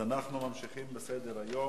אנחנו ממשיכים בסדר-היום.